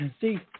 See